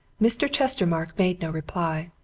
mr. chestermarke made no reply.